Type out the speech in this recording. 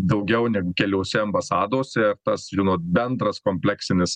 daugiau negu keliose ambasadose tas žinot bendras kompleksinis